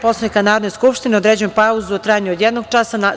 Poslovnika Narodne skupštine određujem pauzu u trajanju od jednog časa.